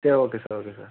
சரி okay sir okay sir